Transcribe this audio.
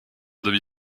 demi